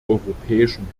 europäischen